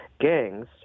Gangs